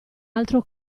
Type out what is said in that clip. altro